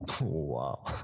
Wow